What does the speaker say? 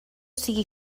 siga